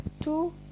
Two